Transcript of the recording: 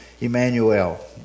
Emmanuel